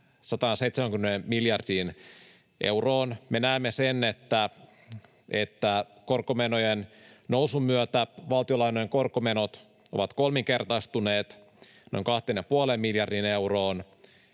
170 miljardiin euroon. Me näemme sen, että korkomenojen nousun myötä valtionlainojen korkomenot ovat kolminkertaistuneet noin kahteen